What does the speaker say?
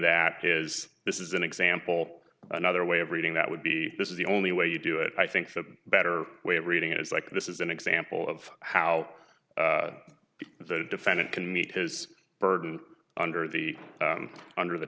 that is this is an example another way of reading that would be this is the only way you do it i think the better way of reading it is like this is an example of how the defendant can meet his burden under the under the